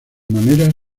manera